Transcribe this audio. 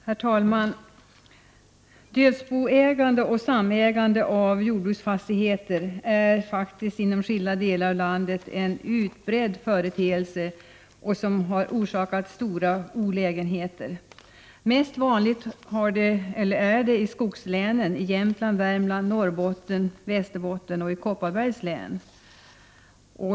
Herr talman! Dödsboägande och samägande av jordbruksfastigheter är faktiskt inom skilda delar av landet en utbredd företeelse, som har orsakat stora olägenheter. Vanligast är det i skogslänen: Jämtlands, Värmlands, Norrbottens, Västerbottens och Kopparbergs län.